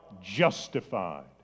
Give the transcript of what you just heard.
justified